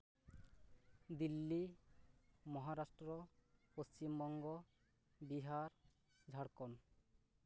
Delhi Maharashtra Paschimbanga Bihar Jharkhand